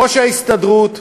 ראש ההסתדרות,